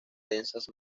densas